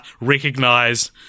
recognize